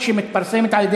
אדוני